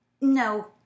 No